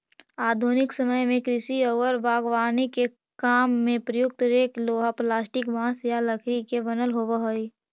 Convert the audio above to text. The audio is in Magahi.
आधुनिक समय में कृषि औउर बागवानी के काम में प्रयुक्त रेक लोहा, प्लास्टिक, बाँस या लकड़ी के बनल होबऽ हई